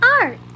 Art